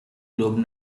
globe